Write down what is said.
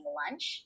lunch